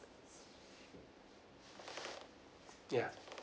ya